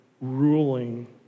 ruling